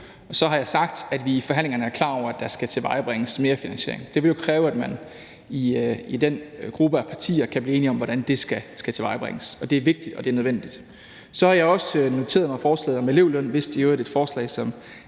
så har jeg sagt, at vi er klar over, at der i forhandlingerne skal tilvejebringes mere finansiering. Det vil jo kræve, at man i den gruppe af partier kan blive enige om, hvordan den skal tilvejebringes. Det er vigtigt, og det er nødvendigt. Så har jeg også noteret mig forslaget om elevløn – vist i øvrigt et forslag, som